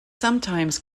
sometimes